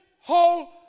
whole